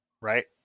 right